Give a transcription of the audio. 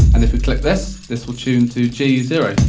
and if we click this, this will tune to g zero.